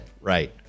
Right